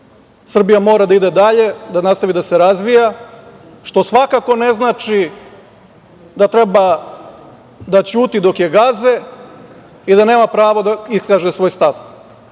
Srbija mora da ide dalje, da nastavi da se razvija, što svakako ne znači da treba da ćuti dok je gaze i da nema pravo da iskaže svoj